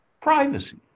privacy